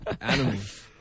Animals